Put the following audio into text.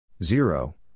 Zero